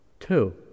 Two